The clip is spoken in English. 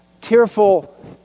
tearful